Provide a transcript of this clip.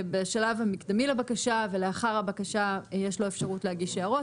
בשלב המקדמי לבקשה ולאחר הבקשה יש לו אפשרות להגיש הערות.